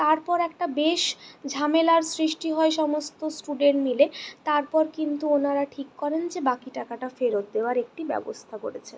তারপর একটা বেশ ঝামেলার সৃষ্টি হয় সমস্ত স্টুডেন্ট মিলে তারপর কিন্তু ওনারা ঠিক করেন যে বাকি টাকাটা ফেরত দেওয়ার একটি ব্যবস্থা করেছেন